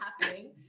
happening